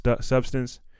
substance